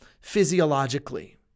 physiologically